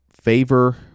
favor